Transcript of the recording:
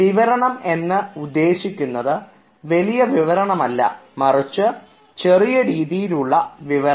വിവരണം എന്ന് ഉദ്ദേശിക്കുന്നത് വലിയ വിവരണമല്ല മറിച്ച് ചെറിയ രീതിയിലുള്ള വിവരണം